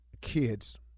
kids